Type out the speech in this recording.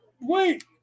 wait